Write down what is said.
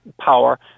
power